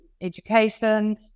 education